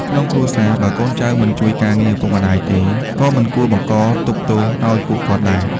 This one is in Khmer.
ក្នុងគ្រួសារ បើកូនចៅមិនជួយការងារឪពុកម្ដាយទេ ក៏មិនគួរបង្កទុក្ខទោសឱ្យពួកគាត់ដែរ។